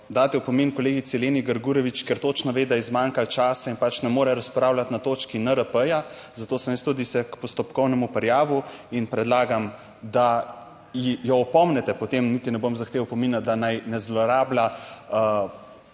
daste opomin kolegici Leni Grgurevič, ker točno ve, da je zmanjkalo časa in pač ne more razpravljati na točki NRP, zato sem jaz tudi se k postopkovnemu prijavil in predlagam, da jo opomnite, potem niti ne bom zahteval opomina, da naj ne zlorablja